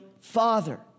father